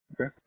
Okay